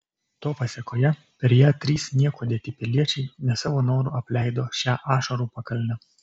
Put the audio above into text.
to pasėkoje per ją trys nieko dėti piliečiai ne savo noru apleido šią ašarų pakalnę